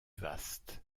vaste